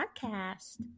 podcast